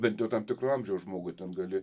bent jau tam tikro amžiaus žmogui ten gali